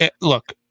Look